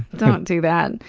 don't do that.